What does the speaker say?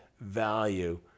value